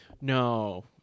No